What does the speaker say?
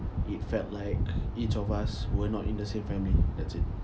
it felt like each of us we're not in the same family that's it